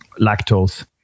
lactose